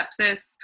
sepsis